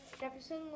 Jefferson